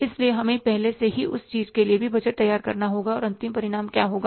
इसलिए हमें पहले से ही उस चीज़ के लिए भी बजट तैयार करना होगा और अंतिम परिणाम क्या होगा